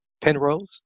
Penrose